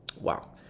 Wow